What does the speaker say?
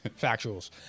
factuals